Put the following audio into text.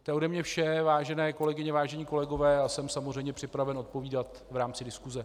To je ode mě vše, vážené kolegyně, vážení kolegové, a jsem samozřejmě připraven odpovídat v rámci diskuse.